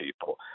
people